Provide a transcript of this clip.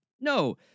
No